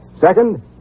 Second